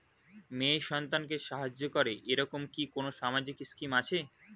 মেয়ে সন্তানকে সাহায্য করে এরকম কি কোনো সামাজিক স্কিম আছে?